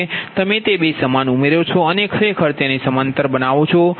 તમે તે બે સમાન ઉમેરો છો અને ખરેખર તેને સમાંતર બનાવો છો